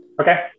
Okay